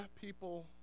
people